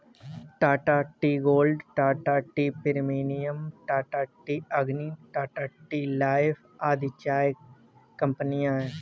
Tata tea gold, Tata tea premium, Tata tea Agni, Tata tea life आदि चाय कंपनियां है